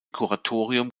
kuratorium